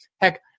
Heck